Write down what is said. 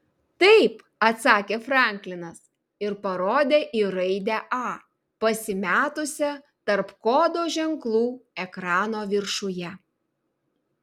taip atsakė franklinas ir parodė į raidę a pasimetusią tarp kodo ženklų ekrano viršuje